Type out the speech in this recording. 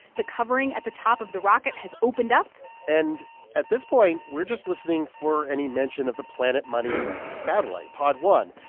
the covering at the top of the rocket has opened up and at this point, we're just listening for any mention of the planet money satellite, pod one.